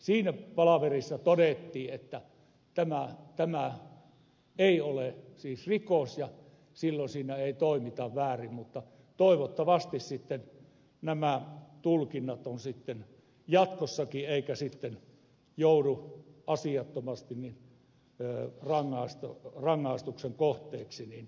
siinä palaverissa todettiin että tämä ei siis ole rikos ja silloin siinä ei toimita väärin mutta toivottavasti nämä tulkinnat ovat jatkossakin samanlaiset eikä metsästäjä joudu asiattomasti rangaistuksen kohteeksi